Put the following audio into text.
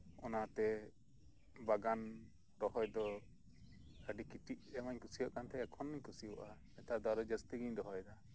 ᱚᱱᱟᱛᱮ ᱵᱟᱜᱟᱱ ᱨᱚᱦᱚᱭ ᱫᱚ ᱟᱹᱰᱤ ᱠᱟᱹᱴᱤᱡ ᱨᱮᱦᱚᱧ ᱠᱩᱥᱤᱭᱟᱜ ᱠᱟᱱᱛᱟᱦᱮᱸᱫ ᱠᱷᱚᱱ ᱠᱩᱥᱤᱭᱟᱜ ᱟ ᱱᱮᱛᱟᱨ ᱫᱚ ᱟᱨᱦᱚᱸ ᱡᱟᱹᱥᱛᱤᱜᱤᱧ ᱨᱚᱦᱚᱭ ᱮᱫᱟ